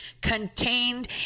contained